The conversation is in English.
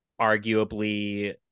arguably